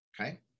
okay